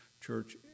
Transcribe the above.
Church